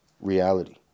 reality